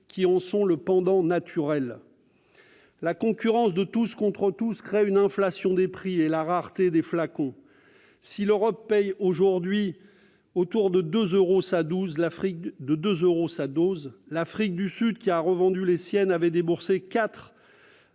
qui en sont le pendant naturel. La concurrence de tous contre tous crée une inflation des prix et la rareté des flacons. Si l'Europe paie ses doses, aujourd'hui, autour de 2 euros l'unité, l'Afrique du Sud, qui a revendu les siennes, avait déboursé 4,5 euros